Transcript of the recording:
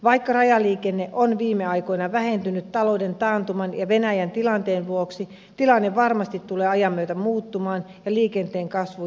vaikka rajaliikenne on viime aikoina vähentynyt talouden taantuman ja venäjän tilanteen vuoksi tilanne varmasti tulee ajan myötä muuttumaan ja liikenteen kasvu jatkumaan